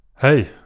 Hey